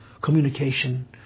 communication